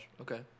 okay